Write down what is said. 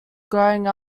growing